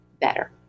better